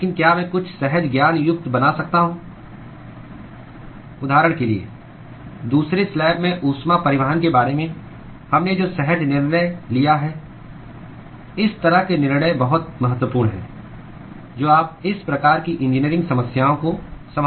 लेकिन क्या मैं कुछ सहज ज्ञान युक्त बना सकता हूं उदाहरण के लिए दूसरे स्लैब में ऊष्मा परिवहन के बारे में हमने जो सहज निर्णय लिया है इस तरह के निर्णय बहुत महत्वपूर्ण हैं जब आप इस प्रकार की इंजीनियरिंग समस्याओं को संभाल रहे हैं